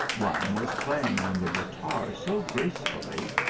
one was playing on the guitar so gracefully,